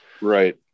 right